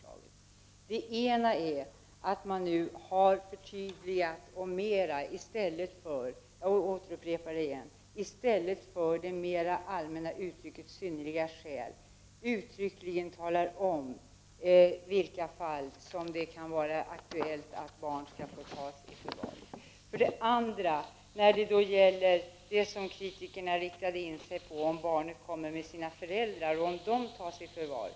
Den ena linjen är att man nu har förtydligat och i stället för det mera allmänna uttrycket ”synnerliga skäl” uttryckligen talar om i vilka fall som det kan vara aktuellt att barn skall få tas i förvar. Den andra linjen gäller det som kritikerna har riktat in sig på, nämligen när barnet kommer med sina föräldrar och de tas i förvar.